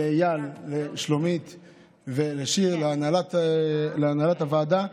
לאייל, לשלומית ולשיר, להנהלת הוועדה.